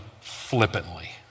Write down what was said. flippantly